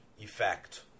effect